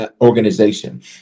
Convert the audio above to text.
organization